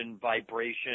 vibration